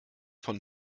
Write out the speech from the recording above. von